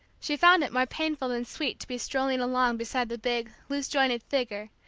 she found it more painful than sweet to be strolling along beside the big, loose-jointed figure,